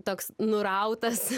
toks nurautas